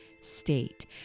state